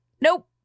nope